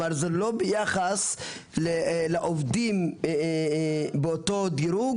זאת אומרת זה לא ביחס לעובדים באותו דירוג